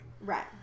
Right